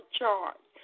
charge